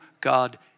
God